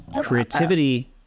creativity